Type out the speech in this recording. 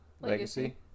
Legacy